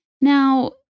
Now